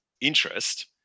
interest